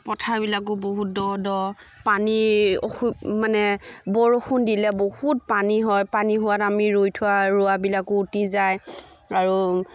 পথাৰবিলাকো বহুত দ দ পানীৰ অসু মানে বৰষুণ দিলে বহুত পানী হয় পানী হোৱাত আমি ৰুই থোৱা ৰোৱাবিলাকো উটি যায় আৰু